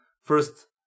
first